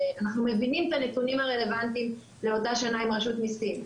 מבינים את הנתונים הרלוונטיים לאותה שנה עם רשות המיסים.